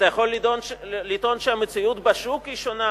אתה יכול לטעון שהמציאות בשוק היא שונה